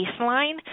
baseline